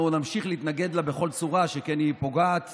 אנחנו נמשיך להתנגד לה בכל צורה, שכן היא פוגעת